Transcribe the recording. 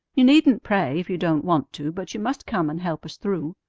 you needn't pray if you don't want to, but you must come and help us through.